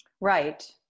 right